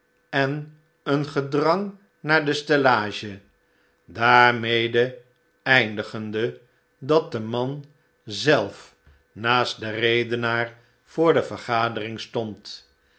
en een gedrang naar de stellage daarmede eindigende dat de man zelf naast den redenaar voor de vergadering stond